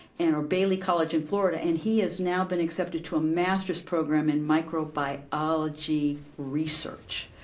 and or bailey college in florida, and he has now been accepted to a masters' program in microbiology research.